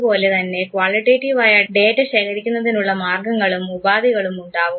അതുപോലെ തന്നെ ക്വാളിറ്റേറ്റീവ് ആയ ഡേറ്റാ ശേഖരിക്കുന്നതിനുള്ള മാർഗങ്ങളും ഉപാധികളും ഉണ്ടാവും